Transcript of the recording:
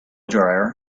dryer